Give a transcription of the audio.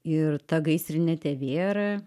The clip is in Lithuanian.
ir ta gaisrinė tebėra